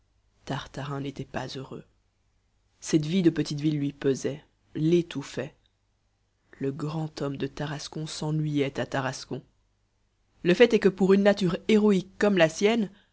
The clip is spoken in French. tartarin n'était pas heureux cette vie de petite ville lui pesait l'étouffait le grand homme de tarascon s'ennuyait à tarascon le fait est que pour une nature héroïque comme la sienne